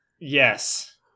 Yes